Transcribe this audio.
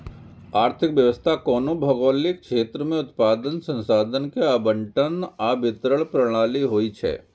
आर्थिक व्यवस्था कोनो भौगोलिक क्षेत्र मे उत्पादन, संसाधन के आवंटन आ वितरण प्रणाली होइ छै